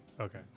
Okay